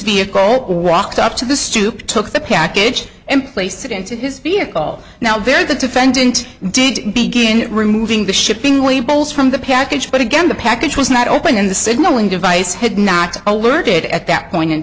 vehicle walked up to the stoop took the package and placed it into his vehicle now there the defendant did begin removing the shipping we bowls from the package but again the package was not opened in the signaling device had not alerted at that point in